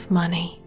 money